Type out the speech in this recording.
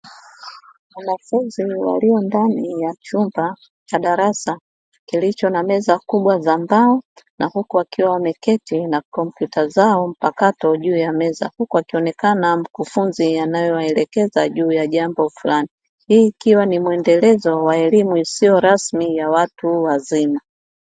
Wanafunzi walio ndani ya chumba cha darasa kilicho na meza kubwa za mbao na huku wakiwa wameketi na kompyuta zao mpakato juu ya meza, huku anaonekana mkufunzi anao waelekeza juu ya jambo fulani. Hii ikiwa ni muendelezo wa elimu isiyo rasmi ya watu wazima.